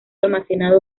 almacenado